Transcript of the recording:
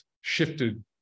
shifted